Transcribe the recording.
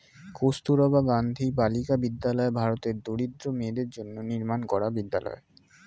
কস্তুরবা গান্ধী বালিকা বিদ্যালয় ভারতের দরিদ্র মেয়েদের জন্য নির্মাণ করা বিদ্যালয়